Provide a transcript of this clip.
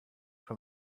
from